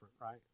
right